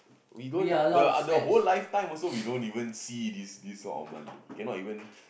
we don't the ah the whole lifetime also we don't even see this this sort of money though cannot even